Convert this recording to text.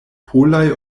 polaj